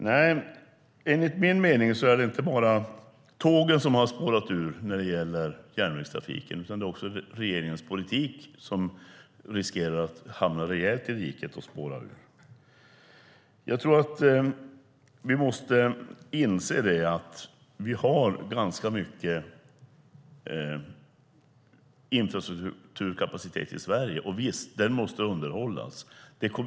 Nej, enligt min mening är det inte bara tåg som spårar ur, utan också regeringens politik när det gäller järnvägstrafiken riskerar att hamna rejält i diket. Jag tror att vi måste inse att vi i Sverige har en ganska stor infrastrukturkapacitet som måste underhållas.